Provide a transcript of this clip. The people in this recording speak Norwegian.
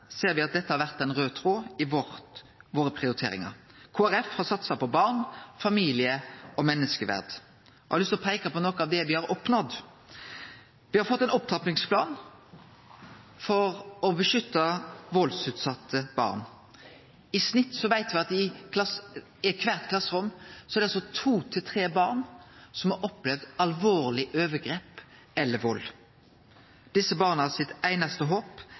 ser me at det har vore ein raud tråd i prioriteringane våre. Kristeleg Folkeparti har satsa på barn, familie og menneskeverd. Eg har lyst til å peike på noko av det me har oppnådd. Me har fått ein opptrappingsplan for å beskytte valdsutsette barn. Me veit at i kvart klasserom er det